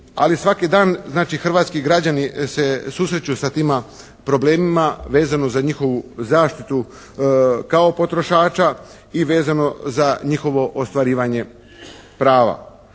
Ali svaki dan znači hrvatski građani se susreću sa tima problemima vezano za njihovu zaštitu kao potrošača i vezano za njihovo ostvarivanje prava.